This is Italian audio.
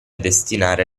destinare